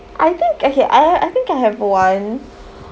I think okay I I think I have one